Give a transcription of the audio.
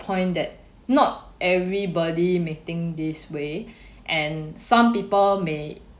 point that not everybody may think this way and some people may